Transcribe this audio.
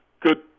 good